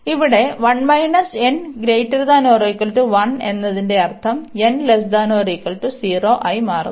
ഇവിടെ എന്നതിന്റെ അർത്ഥം ആയി മാറുന്നു